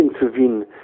intervene